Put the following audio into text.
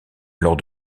alors